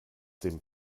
dem